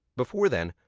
before then,